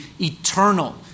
eternal